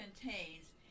contains